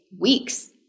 weeks